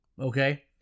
okay